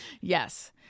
Yes